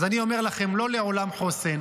אז אני אומר לכם, לא לעולם חוסן.